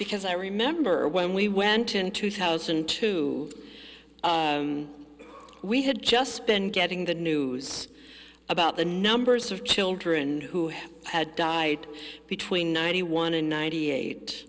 because i remember when we went in two thousand and two we had just been getting the news about the numbers of children who had died between ninety one and ninety eight